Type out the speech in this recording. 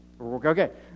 Okay